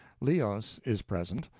leos is present.